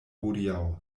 hodiaŭ